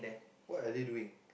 what are they doing